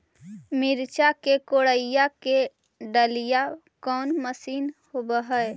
मिरचा के कोड़ई के डालीय कोन मशीन होबहय?